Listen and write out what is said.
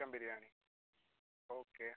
chicken biryani okay